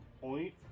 point